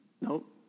Nope